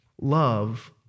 love